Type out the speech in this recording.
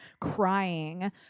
crying